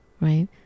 right